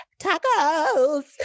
tacos